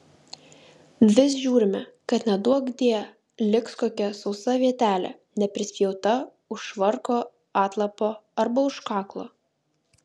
vis žiūrime kad neduokdie liks kokia sausa vietelė neprispjauta už švarko atlapo arba už kaklo